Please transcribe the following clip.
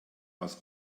aus